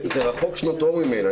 זה רחוק שנות אור ממנה.